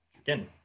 Again